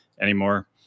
anymore